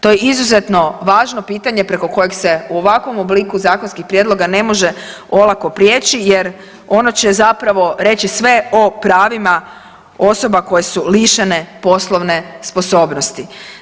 To je izuzetno važno pitanje preko kojeg se u ovakvom obliku zakonskih prijedloga ne može olako prijeći jer ono će zapravo reći sve o pravima osoba koje su lišene poslovne sposobnosti.